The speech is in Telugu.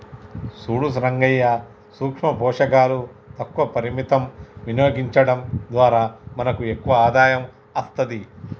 సూడు రంగయ్యా సూక్ష పోషకాలు తక్కువ పరిమితం వినియోగించడం ద్వారా మనకు ఎక్కువ ఆదాయం అస్తది